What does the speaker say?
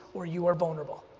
or you are vulnerable.